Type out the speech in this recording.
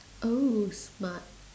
oh smart